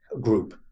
Group